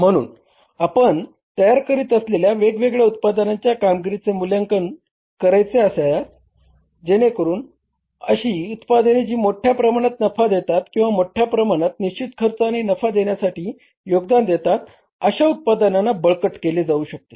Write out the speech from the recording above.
म्हणून आपण तयार करीत असलेल्या वेगवेगळ्या उत्पादनांच्या कामगिरीचे मूल्यांकन करायचे असल्यास जेणेकरुन अशी उत्पादने जी मोठ्या प्रमाणात नफा देतात किंवा मोठ्या प्रमाणात निश्चित खर्च आणि नफा देण्यासाठी योगदान देतात अशा उत्पादनांना बळकट केले जाऊ शकते